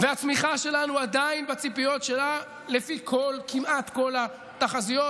והצמיחה שלנו עדיין בציפיות שלה לפי כמעט כל התחזיות,